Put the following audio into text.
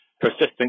persistent